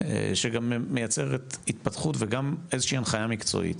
שגם מייצרת התפתחות וגם איזושהי הנחייה מקצועית,